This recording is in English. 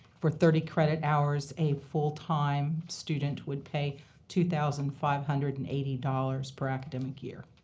for thirty credit hours, a full-time student would pay two thousand five hundred and eighty dollars per academic year.